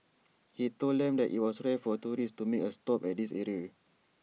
he told them that IT was rare for tourists to make A stop at this area